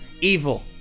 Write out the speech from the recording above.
evil